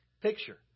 picture